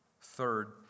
third